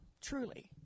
truly